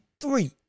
three